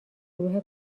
گروه